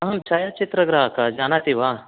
अहं छायाचित्रग्राहकः जानाति वा